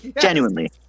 Genuinely